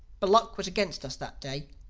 but luck was against us that day.